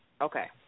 Okay